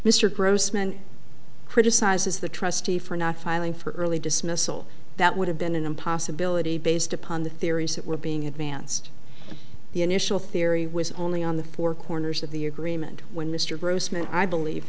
mr grossman criticizes the trustee for not filing for early dismissal that would have been and possibility based upon the theories that were being advanced the initial theory was only on the four corners of the agreement when mr grossman i believe